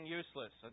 useless